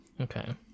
Okay